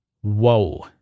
Whoa